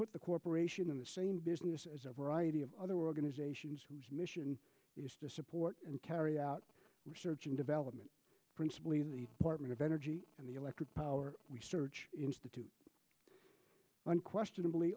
put the corporation in the same business as a variety of other organizations whose mission is to support and carry out research and development principally the apartment of energy and the electric power research institute unquestionably